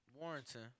Warrington